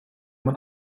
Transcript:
man